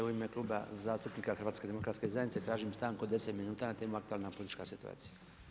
U ime Kluba zastupnika HDZ-a tražim stanku od 10 minuta na temu aktualna politička situacija.